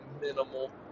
minimal